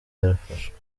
yafashwe